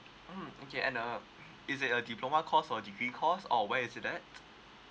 mm okay and uh is it a diploma course or degree course or where is it that